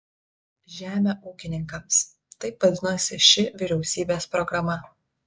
žemę ūkininkams taip vadinosi ši vyriausybės programa